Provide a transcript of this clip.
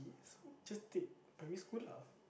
just take primary school lah